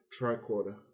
tricorder